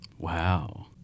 Wow